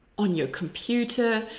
on your computer.